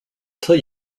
tell